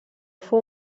fou